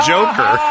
Joker